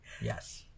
Yes